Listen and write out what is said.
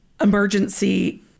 emergency